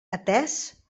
atès